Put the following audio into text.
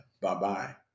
Bye-bye